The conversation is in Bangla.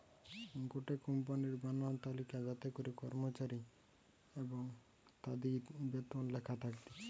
গটে কোম্পানির বানানো তালিকা যাতে করে কর্মচারী এবং তাদির বেতন লেখা থাকতিছে